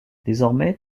désormais